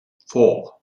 four